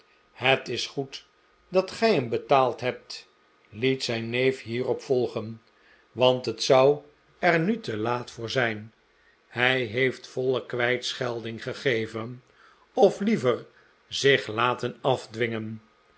het is goed dat gij hem betaald hebt liet zijn neef hierop volgen want het zou er nu te laat voor zijn hij heeft voile kwijtschelding gegeven of liever zich laten afdwingen